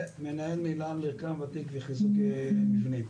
מנהל מינהל מרקם ותיק וחיזוק מבנים.